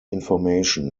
information